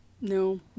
no